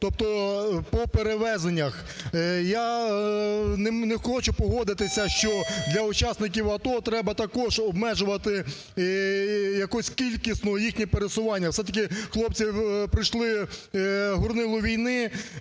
тобто по перевезеннях. Я не хочу погодитися, що для учасників АТО треба також обмежувати якось кількісно їхнє пересування, все-таки хлопці пройшли горнило війни,